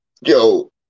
yo